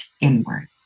inward